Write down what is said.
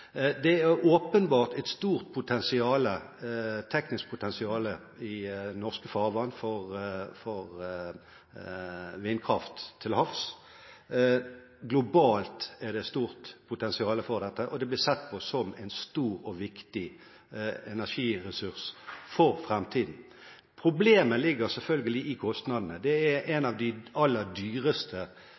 Det er åpenbart et stort teknisk potensial i norske farvann for vindkraft til havs. Globalt er det stort potensial for dette, og det blir sett på som en stor og viktig energiressurs for framtiden. Problemet ligger selvfølgelig i kostnadene. Det er en av de aller dyreste